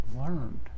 learned